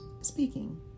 speaking